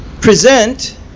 present